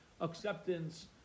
acceptance